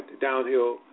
downhill